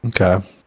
okay